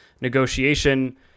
negotiation